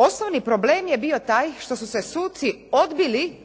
osnovni problem je bio taj što su se suci odbili